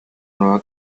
nueva